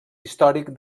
històric